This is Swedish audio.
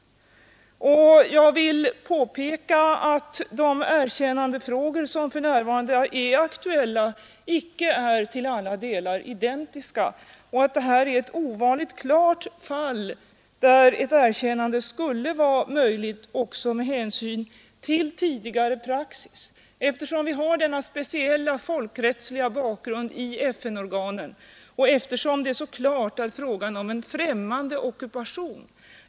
Jag vill påpeka att de erkännandefrågor som är aktuella icke är till alla delar identiska och att det här är ett ovanligt klart fall, där ett erkännande skulle vara möjligt också med hänsyn till tidigare praxis, eftersom vi har denna speciella folkrättsliga bakgrund i FN-organen och eftersom det så klart är fråga om en främmande ockupation.